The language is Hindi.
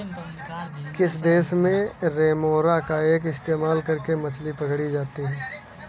किस देश में रेमोरा का इस्तेमाल करके मछली पकड़ी जाती थी?